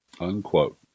Unquote